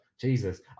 Jesus